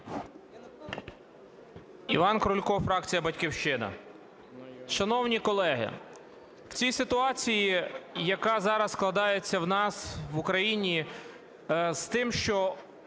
Іван Крулько, фракція "Батьківщина". Шановні колеги, в цій ситуації, яка зараз складається в нас в Україні, з тим, що